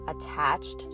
attached